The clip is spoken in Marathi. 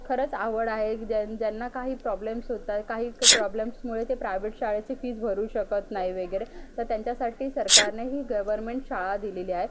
खरंच आवड आहे ज्यां ज्यांना काही प्रॉब्लेम्स होता काही क प्रॉब्लेम्समुळे ते प्रायव्हेट शाळेचे फीज भरू शकत नाही वगैरे तर त्यांच्यासाठी सरकारने ही गवर्मेंट शाळा दिलेल्या आहे